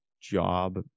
job